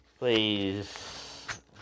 Please